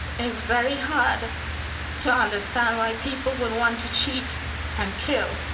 it's very hard to understand why people would want to cheat and kill.